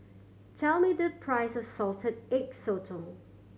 tell me the price of Salted Egg Sotong